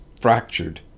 fractured